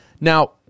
Now